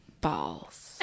balls